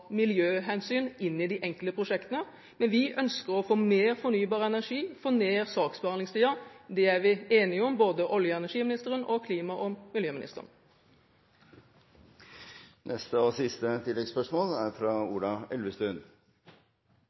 miljøhensyn inn i de enkelte prosjektene. Men vi ønsker å få mer fornybar energi og å få ned saksbehandlingstiden. Det er vi enige om – både olje- og energiministeren og klima- og miljøministeren. Ola Elvestuen – til neste og siste